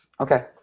Okay